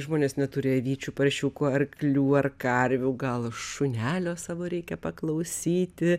žmonės neturi avyčių paršiukų arklių ar karvių gal šunelio savo reikia paklausyti